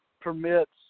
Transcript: permits